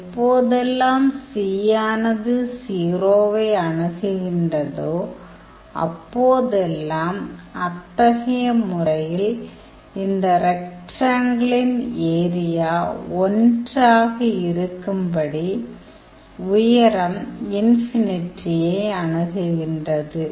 எப்போதெல்லாம் c ஆனது 0 வை அணுகுகின்றதோ அப்போதெல்லாம் அத்தகைய முறையில் இந்த ரெக்டேங்கிளின் ஏரியா 1 ஆக இருக்கும்படி உயரம் ஐ அணுகுகின்றது